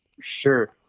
Sure